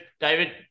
David